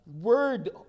Word